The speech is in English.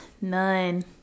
None